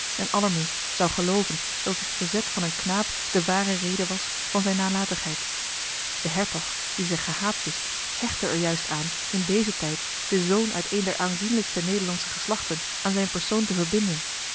en allerminst zou gelooven dat het verzet van een knaap de ware reden was van zijne nalatigheid de hertog die zich gehaat wist hechtte er juist aan in dezen tijd den zoon uit een der aanzienlijkste nederlandsche geslachten aan zijn persoon te verbinden